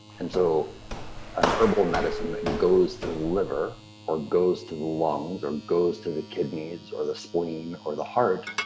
and so an herbal medicine that and goes to the liver, or goes to the lungs, or goes to the kidneys, or the spleen, or the heart,